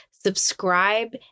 Subscribe